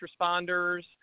responders